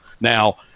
Now